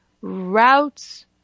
routes